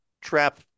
trap